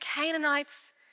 Canaanites